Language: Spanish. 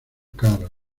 karl